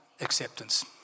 acceptance